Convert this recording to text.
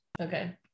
okay